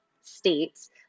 states